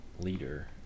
leader